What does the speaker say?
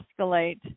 escalate